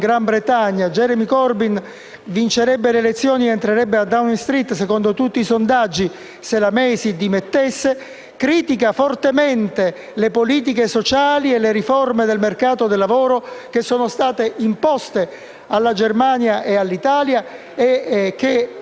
critica fortemente le politiche sociali e le riforme del mercato del lavoro che sono state imposte alla Germania e all'Italia e che Macron vuole attuare in Francia. Vede, Presidente, il suo Governo ha un'occasione storica: